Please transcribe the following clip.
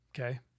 Okay